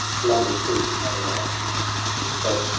for longer speech is not allow'd he spoke,